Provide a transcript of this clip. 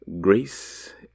Grace